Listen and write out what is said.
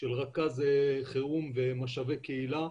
של רכז חירום ומשאבי קהילה.